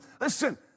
Listen